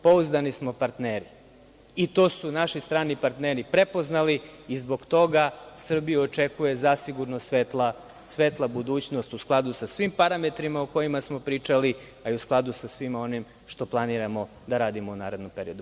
Pouzdani smo partneri, i to su naši strani partneri prepoznali i zbog toga Srbiju očekuje zasigurno svetla budućnost u skladu sa svim parametrima o kojima smo pričali, a i u skladu sa svima onima što planiramo da radimo u narednom periodu.